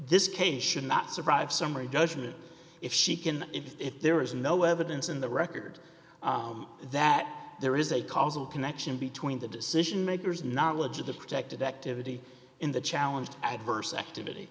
this case should not survive summary judgment if she can if there is no evidence in the record that there is a causal connection between the decision makers knowledge of the protected activity in the challenged adverse activity